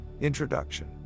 INTRODUCTION